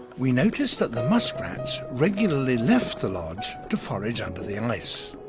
we noticed that the muskrats regularly left the lodge to forage under the and ice.